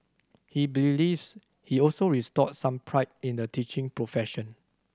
he believes he also restored some pride in the teaching profession